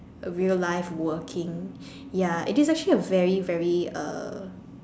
a real life working ya it is actually a very very uh